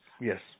Yes